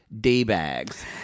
D-bags